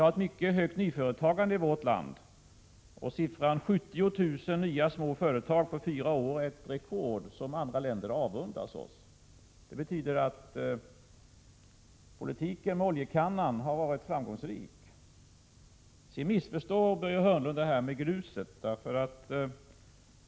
Nyföretagandet är mycket omfattande i vårt land. 70 000 nya småföretag på fyra år är ett rekord, som andra länder avundas oss. Detta betyder att politiken med oljekannan har varit framgångsrik. Börje Hörnlund missförstår detta med gruset.